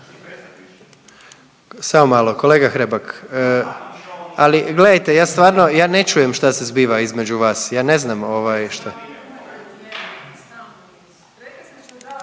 se ne čuje./... Ali gledajte, ja stvarno, ja ne čujem šta se zbiva između vas, ja ne znam ovaj.